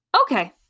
Okay